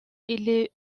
est